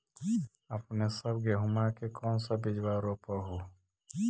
अपने सब गेहुमा के कौन सा बिजबा रोप हू?